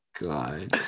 God